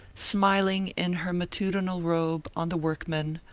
smiling in her matutinal robe on the workman,